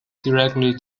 directly